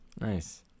Nice